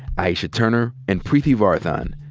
aisha turner, and preeti varathan.